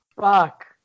Fuck